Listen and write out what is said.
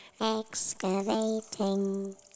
excavating